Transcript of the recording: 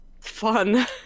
Fun